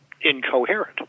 incoherent